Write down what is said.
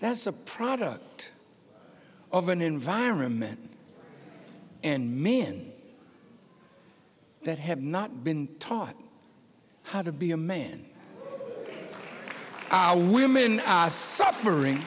that's a product of an environment and men that have not been taught how to be a man or women suffering